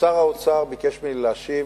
שר האוצר ביקש ממני להשיב